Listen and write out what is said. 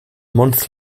month